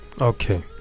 okay